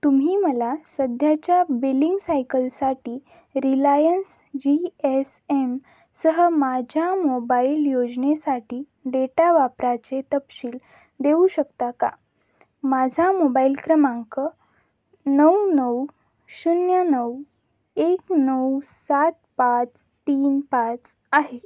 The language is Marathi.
तुम्ही मला सध्याच्या बिलिंग सायकलसाठी रिलायन्स जी एस एम सह माझ्या मोबाईल योजनेसाठी डेटा वापराचे तपशील देऊ शकता का माझा मोबाईल क्रमांक नऊ नऊ शून्य नऊ एक नऊ सात पाच तीन पाच आहे